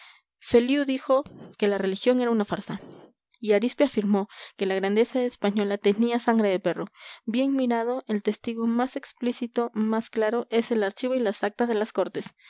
feliú dijo que la religión era una farsa y arispe afirmó que la grandeza españolatenía sangre de perro bien mirado el testigo más explícito más claro es el archivo y las actas de las cortes